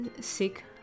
sick